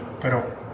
pero